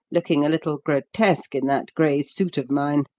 looking a little grotesque in that grey suit of mine.